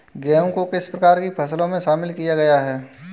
गेहूँ को किस प्रकार की फसलों में शामिल किया गया है?